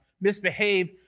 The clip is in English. misbehave